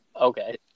okay